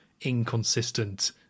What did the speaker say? inconsistent